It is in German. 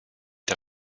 der